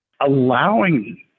allowing